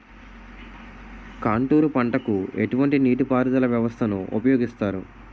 Contour పంటకు ఎటువంటి నీటిపారుదల వ్యవస్థను ఉపయోగిస్తారు?